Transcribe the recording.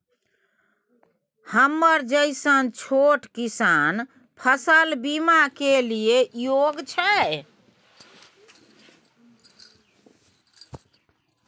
हमरा जैसन छोट किसान फसल बीमा के लिए योग्य छै?